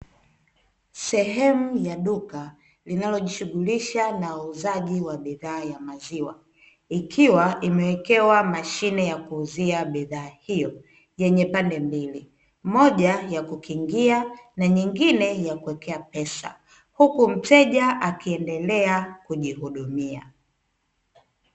Sehemu ya duka linalojishughulisha na uuzaji wa bidhaa za maziwa, ikiwa limewekewa mashine ya kuuzia bidhaa hiyo yenye pande mbili, moja ya kuingilia na nyingine ya kuwekea pesa, huku mteja akiendelea kujihudumia.